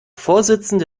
vorsitzende